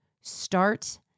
start